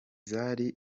zari